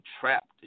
trapped